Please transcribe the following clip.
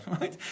right